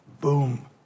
Boom